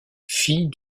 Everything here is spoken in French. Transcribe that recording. fille